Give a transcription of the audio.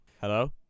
hello